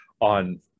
on